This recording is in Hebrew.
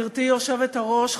גברתי היושבת-ראש,